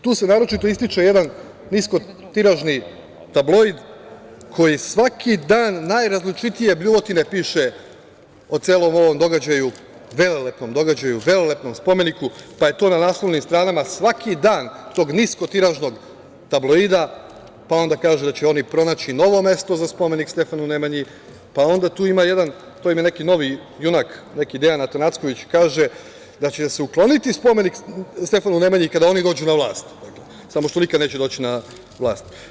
Tu se naročito ističe jedan niskotiražni tabloid koji svaki dan najrazličitije bljuvotine piše o celom ovom velelepnom događaju, velelepnom spomeniku, pa je to na naslovnim stranama svaki dan tog niskotiražnog tabloida, pa onda kažu da će oni pronaći novo mesto za spomenik Stefanu Nemanji, pa onda tu ima jedan, to im je neki novi junak, neki Dejan Atanacković, koji kaže da će se ukloniti spomenik Stefanu Nemanji kada oni dođu na vlast, samo što nikada neće doći na vlast.